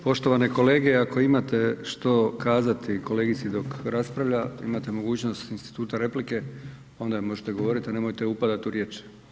Poštovane kolege ako imate što kazati kolegici dok raspravlja, imate mogućnost instituta replike, pa joj onda možete govoriti, a nemojte upadati u riječ.